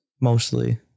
mostly